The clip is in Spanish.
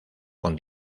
con